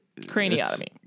Craniotomy